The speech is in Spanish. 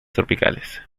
tropicales